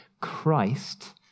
Christ